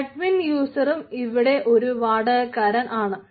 admin യൂസറും ഇവിടെ ഒരു വാടകക്കാരൻ ആണ്